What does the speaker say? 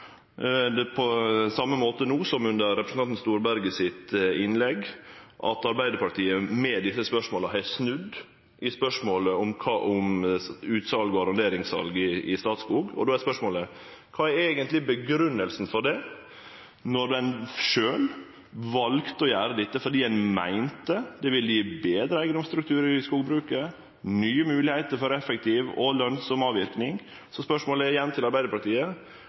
på same måten som i samband med innlegget til representanten Storberget, at Arbeidarpartiet med dette har snudd i saka om utsal og arronderingssal i Statskog, og då er spørsmålet: Kva er eigentleg grunngjevinga for det, når ein sjølv valde å gjere dette fordi ein meinte at det ville gje betre eigedomsstruktur i skogbruket og nye moglegheiter for effektiv og lønsam avverking? Så spørsmålet er, igjen, til Arbeidarpartiet